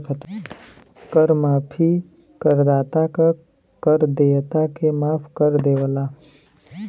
कर माफी करदाता क कर देयता के माफ कर देवला